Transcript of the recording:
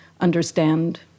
understand